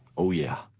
oh, yeah.